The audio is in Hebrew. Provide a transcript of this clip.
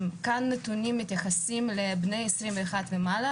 הנתונים מתייחסים כאן לבני 21 ומעלה,